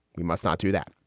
we must not do that.